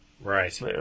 Right